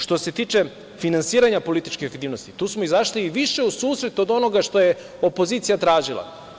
Što se tiče finansiranja političkih aktivnosti, tu smo izašli i više u susret od onoga što je opozicija tražila.